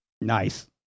Nice